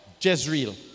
Jezreel